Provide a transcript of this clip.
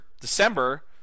December